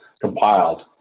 Compiled